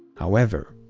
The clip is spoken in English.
however,